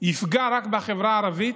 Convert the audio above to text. יפגע רק בחברה הערבית,